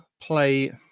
play